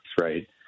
right